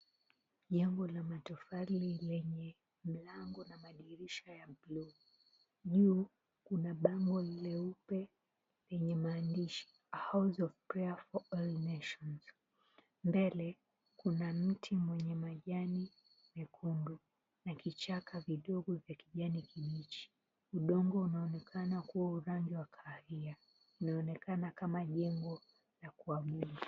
Jengo la matofali lenye mlango na madirisha ya buluu. Juu kuna bango leupe lenye maandishi, House of Prayer for all Nations. Mbele kuna mti mwenye majani mekundu na kichaka vidogo vya kijani kibichi. Udongo unaonekana kuwa rangi ya kahawia. Linaonekana kama jengo na kuabudu.